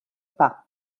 pas